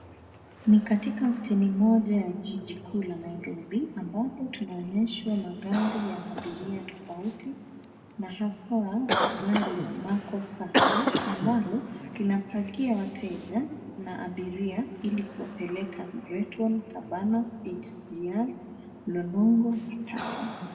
Ni katika steni moja ya jiji kuu la Nairobi ambapo tunaonyeshwa magari ya abiria tofauti na hasaa wa gari la Mako Sacco ambalo linapakia wateja na abiria ili kuwapeleka Greatwall , Kabanas, SGR, Mlolongo na Tasia.